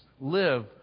live